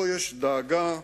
פה יש דאגה,